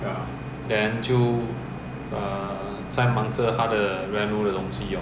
revisit the normal procedures and look through the E_B_T again lah